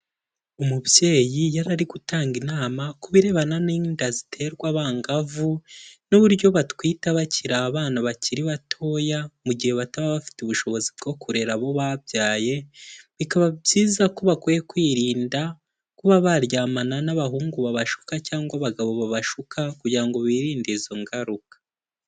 Umubyeyi yari ari gutanga inama ku birebana n'inda ziterwa abangavu, n'uburyo batwita bakiri abana bakiri batoya, mu gihe bataba bafite ubushobozi bwo kurera abo babyaye, bikaba byiza ko bakwiye kwirinda kuba baryamana n'abahungu babashuka cyangwa abagabo babashuka, kugira ngo birinde izo ngaruka.